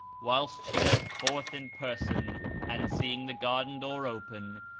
whilst she went forth in person and, seeing the garden door open,